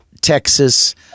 Texas